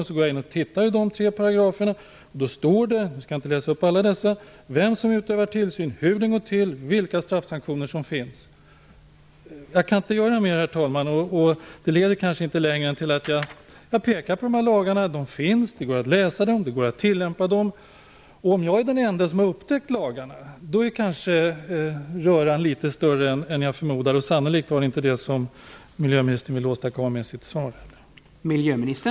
Jag går då in och tittar i de tre paragraferna, och där står det vem som utövar tillsyn, hur det går till och vilka straffsanktioner som finns. Jag kan inte göra mer, herr talman. Det leder kanske inte längre än till att jag pekar på de här lagarna, att de finns, att det går att läsa dem och att det går att tillämpa dem. Om jag är den ende som har upptäckt lagarna är röran kanske litet större än jag förmodade. Det var sannolikt inte det som miljöministern ville åstadkomma med sitt svar.